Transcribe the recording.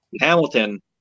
Hamilton